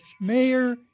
Mayor